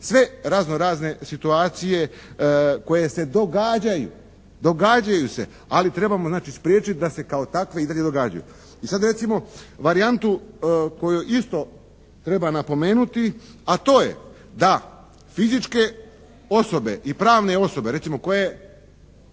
sve razno-razne situacije koje se događaju. Događaju se ali trebamo znači spriječiti da se kao takve i dalje događaju. I sad recimo varijantu koju isto treba napomenuti a to je da fizičke osobe i pravne osobe recimo koje